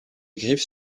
griffes